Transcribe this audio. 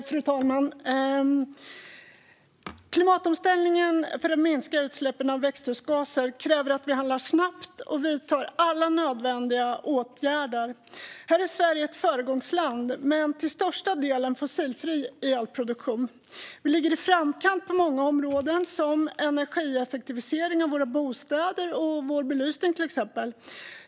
Fru talman! Klimatomställningen för att minska utsläppen av växthusgaser kräver att vi handlar snabbt och vidtar alla nödvändiga åtgärder. Här är Sverige ett föregångsland med en till största delen fossilfri elproduktion. Vi ligger i framkant på många områden, exempelvis energieffektivisering av våra bostäder och vår belysning.